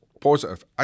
positive